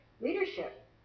leadership